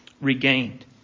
regained